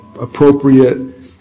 appropriate